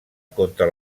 contra